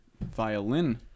violin